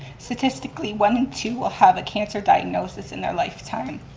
statistically, one in two will have a cancer diagnosis in their lifetime.